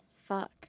Fuck